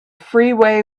freeway